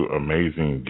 amazing